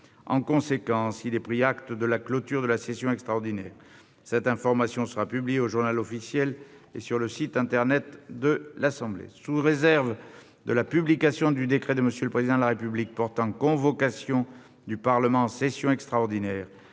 En conséquence, il est pris acte de la clôture de la session extraordinaire. Cette information sera publiée au et sur le site internet de notre assemblée. Sous réserve de la publication du décret de M. le Président de la République portant convocation du Parlement en session extraordinaire